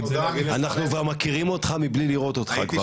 אנחנו כבר מכירים אותך מבלי לראות אותך.